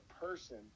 person